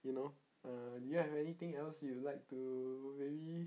you know err do you have anything else you like to maybe